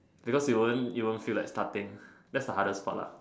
because you won't feel like starting that's the hardest part lah